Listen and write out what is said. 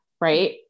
Right